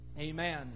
Amen